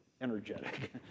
energetic